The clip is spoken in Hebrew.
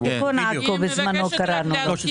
ב-15 לחודש.